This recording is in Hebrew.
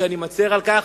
ואני מצר על כך,